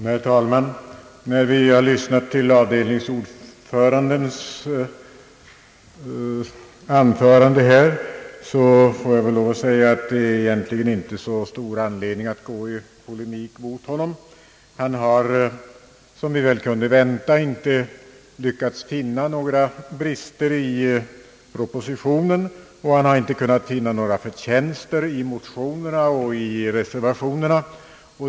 Herr talman! Efter att ha lyssnat till avdelningsordförandens anförande här får jag säga, att det väl inte är så stor anledning att gå i polemik mot honom. Han har — som vi kunde vänta — inte lyckats finna några brister i propositionen, och han har inte kunnat finna några förtjänster i motionerna och i reservationerna.